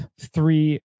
three